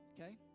Okay